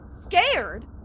Scared